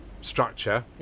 structure